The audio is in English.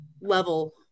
level